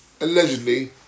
allegedly